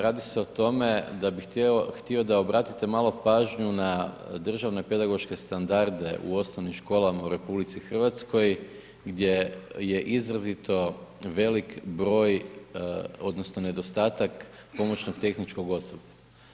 Radi se o tome da bi htio da obratite malo pažnju na državne pedagoške standarde u osnovnim školama u RH gdje je izrazito velik broj, odnosno nedostatak pomoćnog tehničkog osoblja.